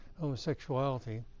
homosexuality